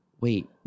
wait